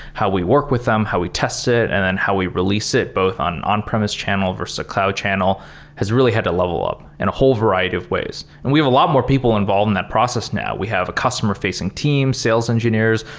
how we work with them, how we test it and then how we release it both on on-premise channel versus a cloud channel has really had to level up in and a whole variety of ways, and we have a lot more people involved in that process now. we have a customer-facing team, sales engineers,